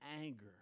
anger